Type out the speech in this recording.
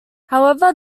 however